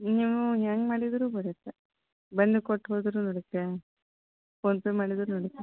ನೀವು ಹೆಂಗೆ ಮಾಡಿದರೂ ಬರುತ್ತೆ ಬಂದು ಕೊಟ್ಟು ಹೋದ್ರೂ ಬರುತ್ತೆ ಫೋನ್ಪೇ ಮಾಡಿದರೂ ನಡೆಯುತ್ತೆ